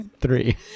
three